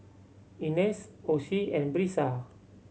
Inez Osie and Brisa